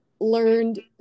learned